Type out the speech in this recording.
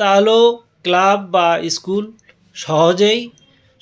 তাহলেও ক্লাব বা স্কুল সহজেই